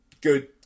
Good